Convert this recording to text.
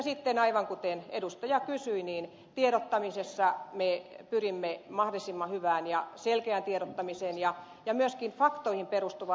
sitten aivan kuten edustaja kysyi niin tiedottamisessa me pyrimme mahdollisimman hyvään ja selkeään tiedottamiseen ja myöskin faktoihin perustuvaan